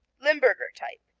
limburger type.